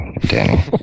Danny